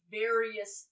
various